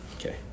Okay